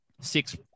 six